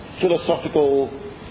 philosophical